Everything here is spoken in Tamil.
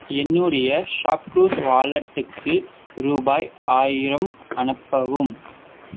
என்னுடைய ஷாப்க்ளூஸ் வாலெட்டுக்கு ருபாய் ஆயிரம் அனுப்பவும்